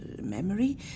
memory